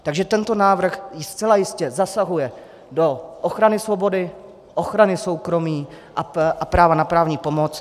Takže tento návrh zcela jistě zasahuje do ochrany svobody, ochrany soukromí a práva na právní pomoc.